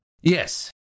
Yes